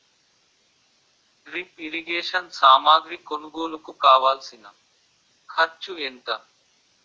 drip irrigation సామాగ్రి కొనుగోలుకు కావాల్సిన ఖర్చు ఎంత